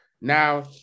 Now